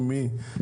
מבין,